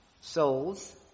souls